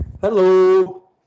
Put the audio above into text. Hello